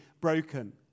broken